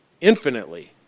infinitely